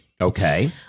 Okay